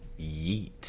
Yeet